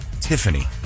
Tiffany